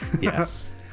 yes